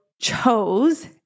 chose